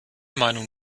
meinung